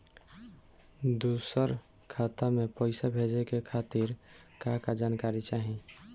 दूसर खाता में पईसा भेजे के खातिर का का जानकारी चाहि?